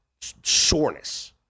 soreness